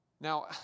Now